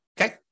Okay